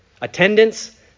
attendance